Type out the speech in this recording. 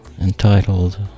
entitled